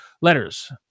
letters